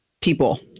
people